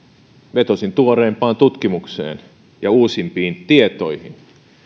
vetosin tuoreimpaan tutkimukseen ja uusimpiin tietoihin